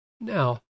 Now